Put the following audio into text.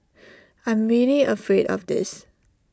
I'm really afraid of this